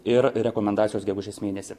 ir rekomendacijos gegužės mėnesį